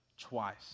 twice